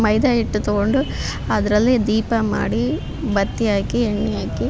ಮೈದಾಹಿಟ್ಟು ತಗೊಂಡು ಅದರಲ್ಲಿ ದೀಪ ಮಾಡಿ ಬತ್ತಿ ಹಾಕಿ ಎಣ್ಣೆ ಹಾಕಿ